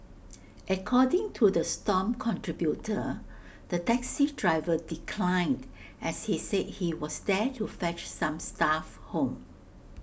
according to the stomp contributor the taxi driver declined as he said he was there to fetch some staff home